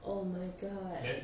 oh my god